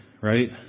right